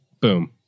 Boom